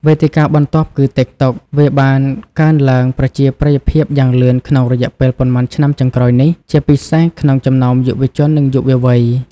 វេទិកាបន្ទាប់គឺ ទីកតុក វាបានកើនឡើងប្រជាប្រិយភាពយ៉ាងលឿនក្នុងរយៈពេលប៉ុន្មានឆ្នាំចុងក្រោយនេះ ជាពិសេសក្នុងចំណោមយុវជន និងយុវវ័យ។